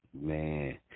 Man